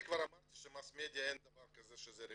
אני כבר אמרתי שאין דבר כזה ש-Mass media זה רווחי,